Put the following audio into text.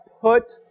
put